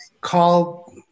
call